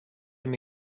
him